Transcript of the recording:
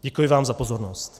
Děkuji vám za pozornost.